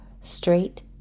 straight